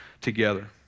together